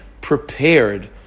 prepared